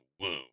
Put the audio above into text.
wound